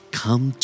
come